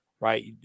Right